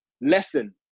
lesson